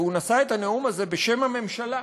והוא נשא את הנאום הזה בשם הממשלה.